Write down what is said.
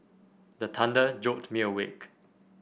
the thunder jolt me awake